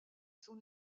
son